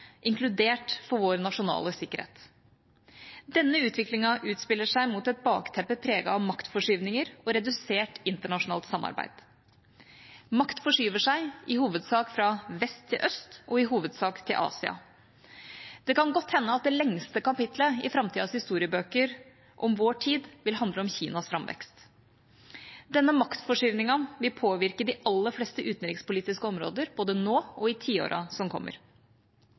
inkludert for vår nasjonale sikkerhet. Denne utviklingen utspiller seg mot et bakteppe preget av maktforskyvninger og redusert internasjonalt samarbeid. Makt forskyver seg, i hovedsak fra vest til øst og i hovedsak til Asia. Det kan godt hende at det lengste kapittelet i framtidas historiebøker om vår tid vil handle om Kinas framvekst. Denne maktforskyvningen vil påvirke de aller fleste utenrikspolitiske områder, både nå og i tiårene som kommer.